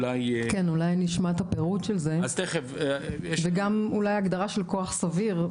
אולי נשמע את הפירוט של זה וגם אולי הגדרה של כוח סביר.